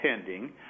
pending